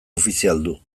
ofizialdu